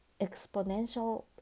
exponential